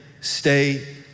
stay